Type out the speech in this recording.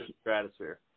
Stratosphere